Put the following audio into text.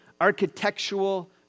architectural